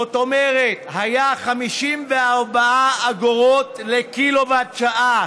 זאת אומרת, היה 54 אגורות לקילוואט/שעה.